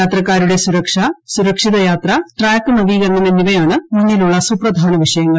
യാത്രക്കാരുടെ സുരക്ഷ സുരക്ഷിതയാത്ര ട്രാക്ക് നവീകരണം എന്നിവയാണ് മുന്നിലുള്ള സുപ്രധാന വിഷയങ്ങൾ